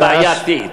היא בעייתית.